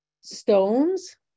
stones